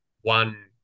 one